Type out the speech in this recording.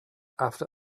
after